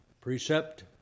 Precept